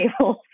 tables